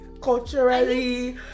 culturally